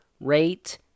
rate